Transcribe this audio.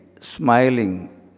smiling